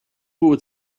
would